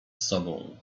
sobą